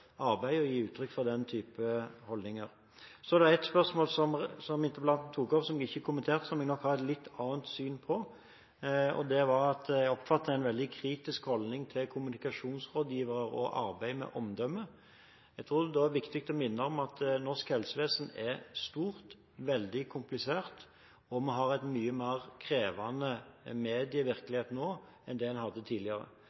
arbeid og gi uttrykk for den type holdninger. Så er det ett spørsmål som interpellanten tok opp, som jeg ikke har kommentert, som jeg nok har et litt annet syn på, og det er at jeg oppfatter en veldig kritisk holdning til kommunikasjonsrådgivere og arbeid med omdømme. Jeg tror det da er viktig å minne om at norsk helsevesen er stort og veldig komplisert, og vi har en mye mer krevende